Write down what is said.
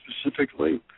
specifically